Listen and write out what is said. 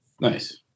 nice